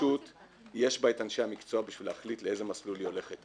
ברשות יש את אנשי המקצוע בשביל להחליט לאיזה מסלול היא הולכת.